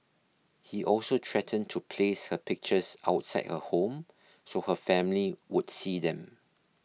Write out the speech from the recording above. he also threatened to place her pictures outside her home so her family would see them